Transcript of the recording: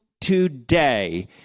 today